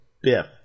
Biff